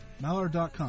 Mallard.com